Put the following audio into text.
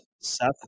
Seth